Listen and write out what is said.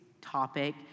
topic